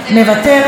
מוותרת,